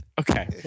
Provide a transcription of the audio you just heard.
Okay